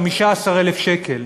15,000 שקל.